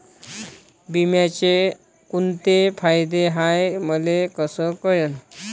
बिम्याचे कुंते फायदे हाय मले कस कळन?